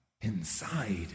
inside